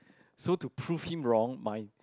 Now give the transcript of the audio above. so to prove him wrong my